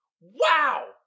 Wow